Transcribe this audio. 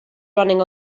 running